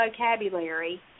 vocabulary